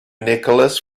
nicholas